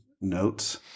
notes